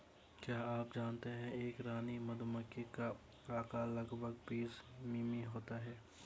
क्या आप जानते है एक रानी मधुमक्खी का आकार लगभग बीस मिमी होता है?